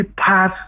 pass